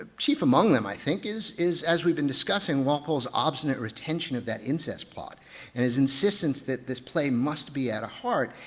ah chief among them i think is is as we've been discussing walpole's obstinate retention of that incest plot and his insistence that this play must be at a heart,